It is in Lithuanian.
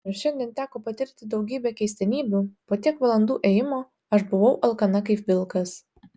nors šiandien teko patirti daugybę keistenybių po tiek valandų ėjimo aš buvau alkana kaip vilkas